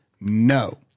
no